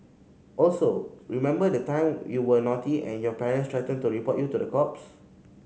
also remember the time you were naughty and your parents threatened to report you to the cops